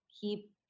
keep